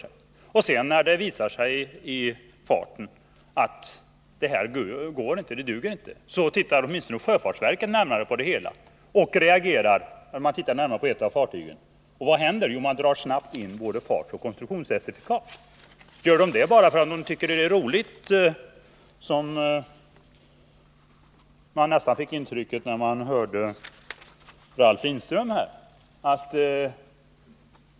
När det sedan visar sig att fartygen inte duger i praktiken tar åtminstone sjöfartsverket upp ett av fartygen till närmare granskning och reagerar. Och vad händer då? Jo, både fartoch konstruktionscertifikat dras in. Tillgriper verket en sådan åtgärd bara därför att det tycker att det är roligt? Man fick nästan det intrycket när man hörde Ralf Lindströms anförande.